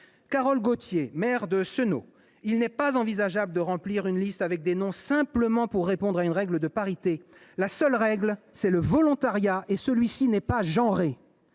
Carole Gautier, maire de Senots :« Il n’est pas envisageable de remplir une liste avec des noms simplement pour répondre à une règle de parité. La seule règle est le volontariat et celui ci n’est pas genré.